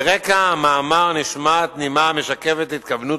"ברקע המאמר נשמעת נימה המשקפת התכוונות